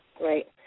Right